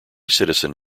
citizen